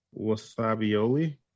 wasabioli